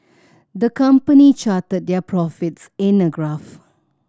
the company charted their profits in a graph